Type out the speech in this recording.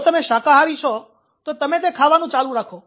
જો તમે શાકાહારી છો તો તમે તે ખાવાનું ચાલુ રાખો